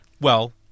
Well-